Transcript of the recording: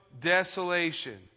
desolation